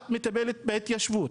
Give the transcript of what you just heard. את מטפלת בהתיישבות,